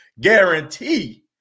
Guarantee